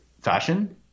fashion